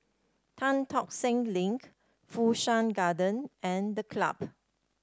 Tan Tock Seng Link Fu Shan Garden and The Club